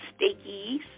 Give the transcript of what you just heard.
steakies